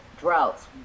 droughts